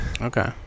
Okay